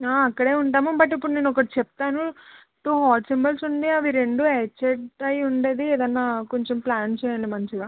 ఆ అక్కడే ఉంటాము బట్ ఇప్పుడు నేను ఒకటి చెప్తాను టూ హార్ట్ సింబల్స్ ఉండి అవి రెండు హెచ్ అండ్ ఐ ఉండేది ఏదన్నా కొంచెం ప్లాన్ చేయండి మంచిగా